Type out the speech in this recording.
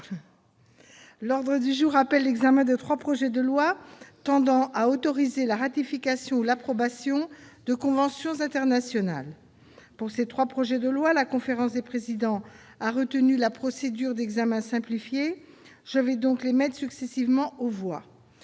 L'ordre du jour appelle l'examen de trois projets de loi tendant à autoriser la ratification ou l'approbation de conventions internationales. Pour ces trois projets de loi, la conférence des présidents a retenu la procédure d'examen simplifié. Je vais donc les mettre successivement aux voix.